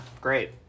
great